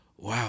wow